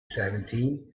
seventeen